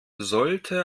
sollte